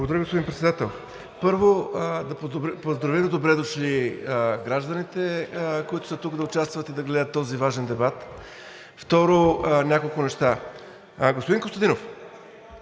Благодаря, господин Председател. Първо да поздравим с добре дошли гражданите, които са тук да участват и да гледат този важен дебат. Второ, няколко неща. Господин Костадинов,